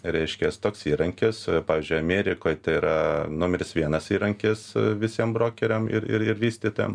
reiškias toks įrankis pavyzdžiui amerikoj tai yra numeris vienas įrankis visiem brokeriams ir ir vystytojam